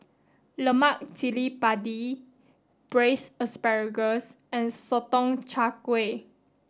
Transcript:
Lemak Cili padi Braised Asparagus and Sotong Char Kway